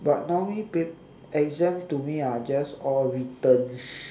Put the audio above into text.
but normally pap~ exams to me are just all writtens